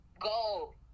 go